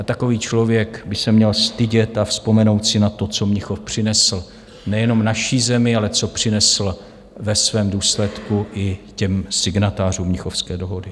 A takový člověk by se měl stydět a vzpomenout si na to, co Mnichov přinesl nejenom naší zemi, ale co přinesl ve svém důsledku i těm signatářů Mnichovské dohody.